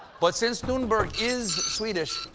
but, since thunberg is swedish,